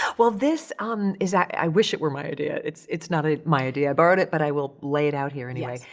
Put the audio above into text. well, this um is, i wish it were my idea. it's it's not ah my idea. i borrowed it but i will lay it out here anyway. yes.